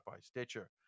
Stitcher